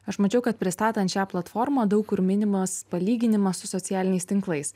aš mačiau kad pristatant šią platformą daug kur minimas palyginimas su socialiniais tinklais